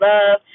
Love